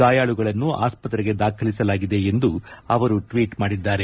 ಗಾಯಾಳುಗಳನ್ನು ಆಸ್ಪತ್ರೆಗೆ ದಾಖಲಿಸಲಾಗಿದೆ ಎಂದು ಅವರು ಟ್ವೀಟ್ ಮಾಡಿದ್ದಾರೆ